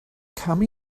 come